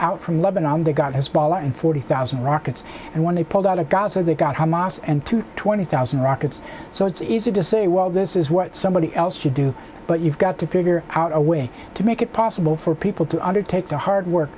out from lebanon they got his ball and forty thousand rockets and when they pulled out of gaza they got hamas and to twenty thousand rockets so it's easy to say well this is what somebody else should do but you've got to figure out a way to make it possible for people to undertake the hard work